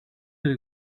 del